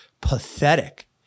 pathetic